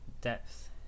depth